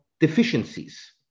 deficiencies